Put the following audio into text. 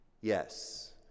Yes